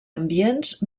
ambients